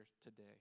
today